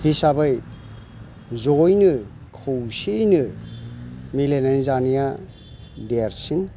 हिसाबै ज'यैनो खौसेयैनो मिलायनानै जानाया देरसिन